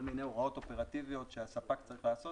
כל מיני הוראות אופרטיביות שהספק צריך לעשות